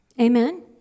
amen